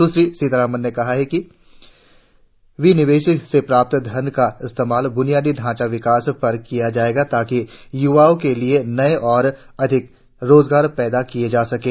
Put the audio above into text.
सुश्री सीतारमण ने कहा कि विनिवेश से प्राप्त धन का इस्तेमाल बुनियादी ढांचा विकास पर किया जाएगा ताकि युवाओं के लिए नए और अधिक रोजगार पैदा किए जा सकें